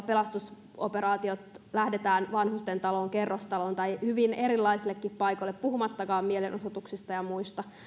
pelastusoperaatiot hälytysajoneuvolla lähdetään vanhustentaloon kerrostaloon tai hyvin erilaisillekin paikoille puhumattakaan mielenosoituksista ja muista